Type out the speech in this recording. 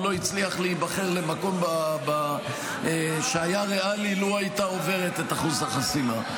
הוא לא הצליח להיבחר למקום שהיה ריאלי לו הייתה עוברת את אחוז החסימה.